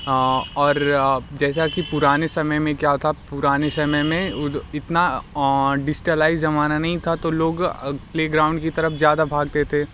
और जैसा की पुराने समय में क्या था पुराने समय में उ इतना डिज़टलाईज़ड ज़माना नहीं था तो लोग प्लेग्राउंड की तरफ़ ज़्यादा भागते थे